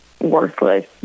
worthless